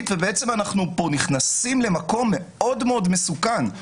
ובעצם אנחנו נכנסים פה למקום מאוד מסוכן.